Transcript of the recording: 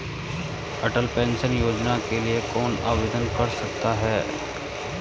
अटल pension योजना के लिए कौन आवेदन कर सकता है?